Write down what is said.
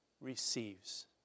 receives